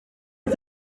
est